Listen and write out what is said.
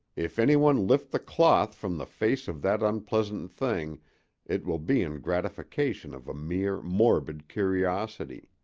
if anyone lift the cloth from the face of that unpleasant thing it will be in gratification of a mere morbid curiosity.